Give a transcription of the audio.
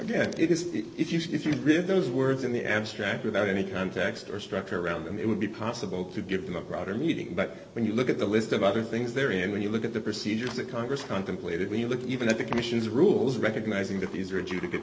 again it is if you believe those words in the abstract without any context or structure around and it would be possible to give them a broader meeting but when you look at the list of other things they're in when you look at the procedures that congress contemplated when you look even at the commission's rules recognizing that these are two to get